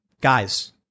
guys